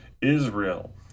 Israel